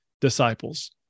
disciples